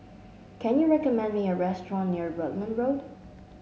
can you recommend me a restaurant near Rutland Road